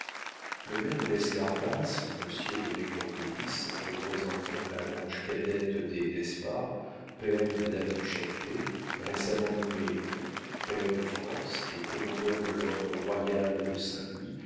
le maire de l'escarbas monsieur de nègrepelisse représentant de la branche cadette des d'espard père de madame du châtelet récemment nommé comte pair de france et commandeur de l'ordre royal de saint-louis